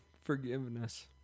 forgiveness